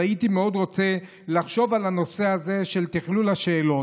אז הייתי מאוד רוצה לחשוב על הנושא הזה של תכלול השאלות.